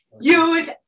use